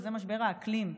וזה משבר האקלים,